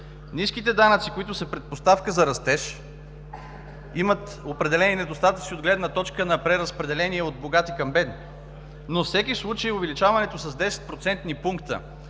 Ниските данъци, които са предпоставка за растеж, имат определени недостатъци от гледна точка на преразпределение от богати към бедни. Но във всеки случай увеличаването с 10